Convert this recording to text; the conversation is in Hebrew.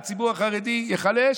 והציבור החרדי ייחלש,